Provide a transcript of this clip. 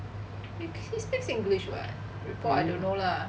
he speaks english [what] report I don't know lah